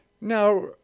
Now